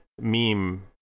meme